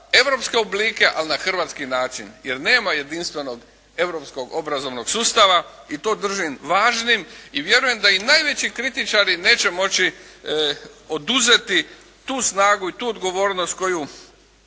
europske oblike ali na hrvatski način jer nema jedinstvenog europskog obrazovnog sustava i to držim važnim i vjerujem da i najveći kritičari neće moći oduzeti tu snagu i tu odgovornost koju